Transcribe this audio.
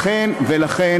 כמובן.